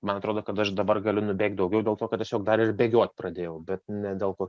man atrodo kad aš dabar galiu nubėgt daugiau dėl to kad tiesiog dar ir bėgiot pradėjau bet ne dėl ko